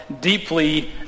deeply